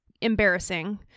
embarrassing